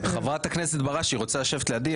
חברת הכנסת בראשי, רוצה לשבת לידי?